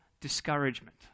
discouragement